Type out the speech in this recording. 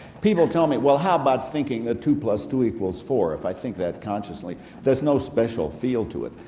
people tell me, well how about thinking that two plus two equals four? if i think that consciously there's no special feel to it.